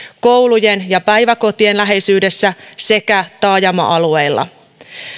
koulujen ja päiväkotien läheisyydessä sekä taajama alueilla